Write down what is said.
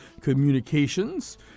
Communications